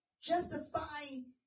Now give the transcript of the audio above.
justifying